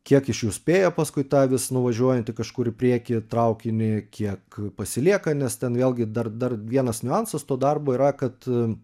kiek iš jų spėjo paskui tą vis nuvažiuojantį kažkur į priekį traukinį kiek pasilieka nes ten vėlgi dar dar vienas niuansas to darbo yra kad